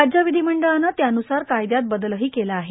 राज्य विधिमंडळानं त्यानुसार कायदात बदलही केला आहे